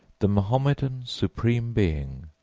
the mahometan supreme being,